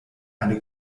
eine